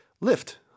lift